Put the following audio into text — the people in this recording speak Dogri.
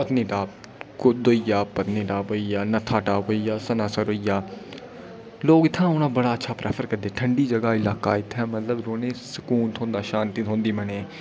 पत्निटाप कुद्द होई गेआ पत्निटाप होई गेआ नत्था टाप होई गेआ सन्नासर होई गेआ लोक इत्थै औना बड़ा अच्छा प्रैफर करदे ठंडा जगह इलाका इत्थै मतलब रौंह्ने गी सकून थ्होंदा शांति थ्होंदी मनै ई